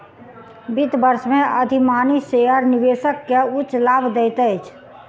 वित्त वर्ष में अधिमानी शेयर निवेशक के उच्च लाभ दैत अछि